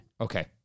Okay